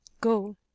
Go